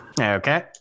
Okay